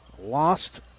lost